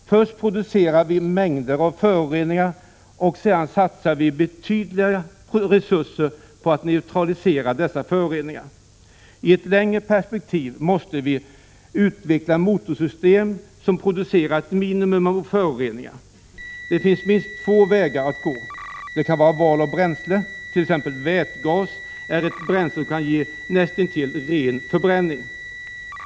Först producerar vi mängder av föroreningar, och sedan satsar vi betydande resurser för att neutralisera dessa föroreningar. I ett längre perspektiv måste vi utveckla motorsystem som producerar ett minimum av föroreningar. Det finns minst två vägar att gå. Den ena gäller val av bränsle. Vätgas t.ex. är ett bränsle som kan ge en näst intill ren förbränning.